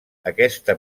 aquesta